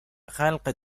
خلق